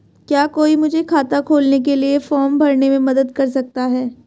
क्या कोई मुझे खाता खोलने के लिए फॉर्म भरने में मदद कर सकता है?